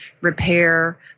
repair